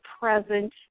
present